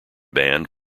banned